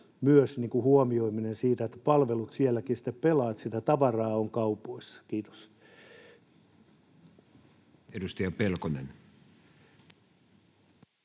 huomioiminen, että palvelut sielläkin sitten pelaavat, jotta sitä tavaraa on kaupoissa. — Kiitos. Edustaja Pelkonen.